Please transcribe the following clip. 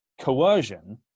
coercion